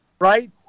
right